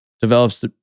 develops